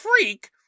freak